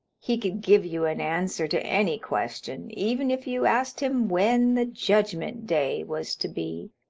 he could give you an answer to any question, even if you asked him when the judgment day was to be.